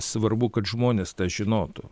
svarbu kad žmonės tą žinotų